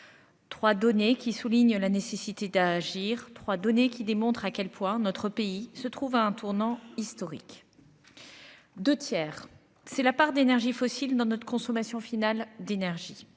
3 donnée qui souligne la nécessité d'agir trois données qui démontre à quel point notre pays se trouve à un tournant historique. 2 tiers c'est la part d'énergies fossiles dans notre consommation finale d'énergie.